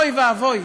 אוי ואבוי,